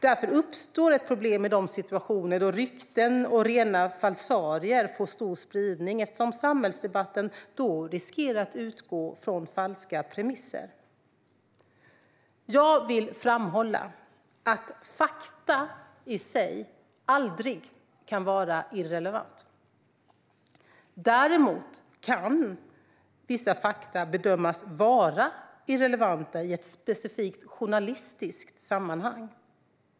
Därför uppstår ett problem i de situationer då rykten och rena falsarier får stor spridning, eftersom samhällsdebatten då riskerar att utgå från falska premisser. Jag vill framhålla att fakta i sig aldrig kan vara irrelevanta. Däremot kan vissa fakta bedömas vara irrelevanta i ett specifikt journalistiskt sammanhang.